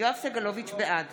בעד